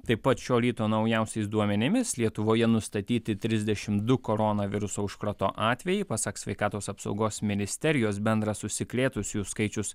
taip pat šio ryto naujausiais duomenimis lietuvoje nustatyti trisdešim du korona viruso užkrato atvejai pasak sveikatos apsaugos ministerijos bendras užsikrėtusiųjų skaičius